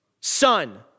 son